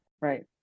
right